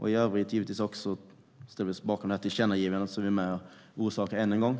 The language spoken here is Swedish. I övrigt ställer vi oss givetvis bakom tillkännagivandet som vi än en gång är med och orsakar.